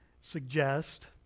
suggest